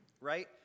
right